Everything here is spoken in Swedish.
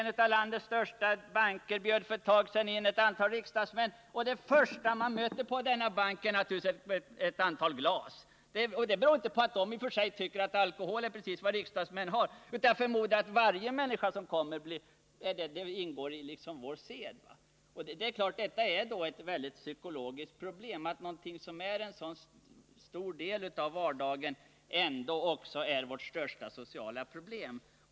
En av landets största banker bjöd för ett tag sedan in ett antal riksdagsmän. Det första man såg i sammanträdesrummet i denna bank var naturligtvis ett antal glas. Det berodde inte på att man inom banken tyckte att man borde bjuda just riksdagsmän på alkohol, utan så blir förmodligen varje gäst bemött. Det ingår liksom i vår umgängessed. Naturligtvis är det ett stort psykologiskt problem att någonting som ingår som en så stor del av vardagen som alkoholen samtidigt orsakar vårt största sociala problem.